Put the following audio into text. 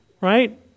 right